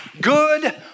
good